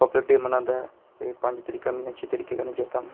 Republic day मनांदा ऐ पंज तरीकां मि अच्छे तरीके कन्नै चेता न